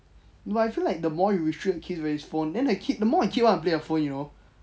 but I feel the more you restrict kids with his phone then like the kid the more the kid want to play the phone you know